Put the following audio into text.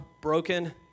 broken